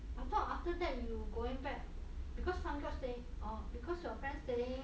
I thought after that you going back because funguid staying or because your friend staying